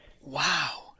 wow